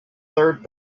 third